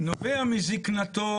נובע מזקנתו.